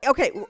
Okay